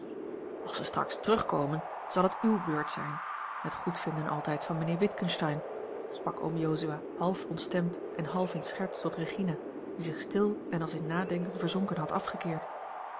als ze straks terugkomen zal het uwe beurt zijn met goedvinden altijd van mijnheer witgensteyn sprak oom jozua half ontstemd en half in scherts tot regina die zich stil en als in nadenken verzonken had afgekeerd